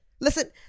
Listen